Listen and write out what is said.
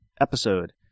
episode